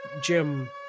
Jim